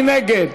מי נגד?